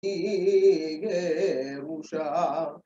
‫היא היא גה אושר.